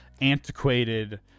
antiquated